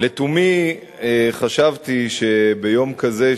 לתומי חשבתי שביום כזה,